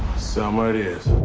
selma it is.